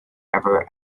ever